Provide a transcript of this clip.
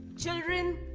children,